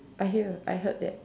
I hear I heard that